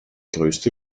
größte